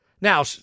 Now